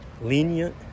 lenient